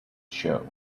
show